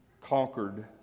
conquered